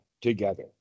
together